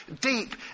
deep